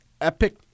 epic